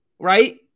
right